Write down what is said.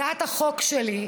הצעת החוק שלי,